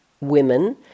Women